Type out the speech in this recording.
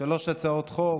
שלוש הצעות חוק.